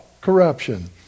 corruption